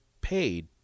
paid